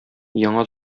яңа